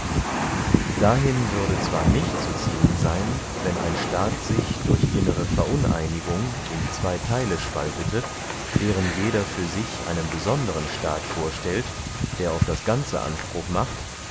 dahin würde zwar nicht zu ziehen seyn wenn ein staat sich durch innere veruneinigung in zwey theile spaltete deren jeder für sich einen besondern staat vorstellt der auf das ganze anspruch macht